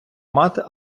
мати